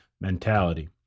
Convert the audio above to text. mentality